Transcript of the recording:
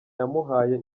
yamuhaye